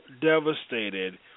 devastated